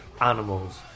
animals